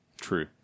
True